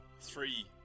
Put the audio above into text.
three